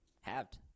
Halved